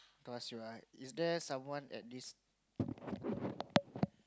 close your eye is there someone at this